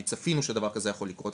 כי צפינו שדבר כזה יכול לקרות.